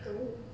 oh